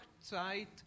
Zeit